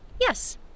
yes